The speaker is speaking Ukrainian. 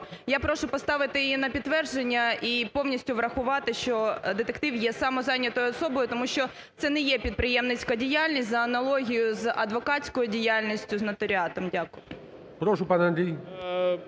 Я прошу поставити її на підтвердження. І повністю врахувати, що детектив є самозайнятою особою. Тому що це не є підприємницька діяльність за аналогією з адвокатською діяльністю, з нотаріатом. Дякую. ГОЛОВУЮЧИЙ. Прошу, пане Андрій.